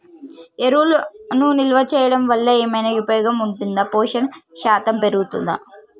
ఎరువులను నిల్వ చేయడం వల్ల ఏమైనా ఉపయోగం ఉంటుందా పోషణ శాతం పెరుగుతదా?